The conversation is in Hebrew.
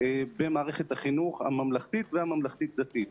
במערכת החינוך הממלכתית והממלכתית-דתית.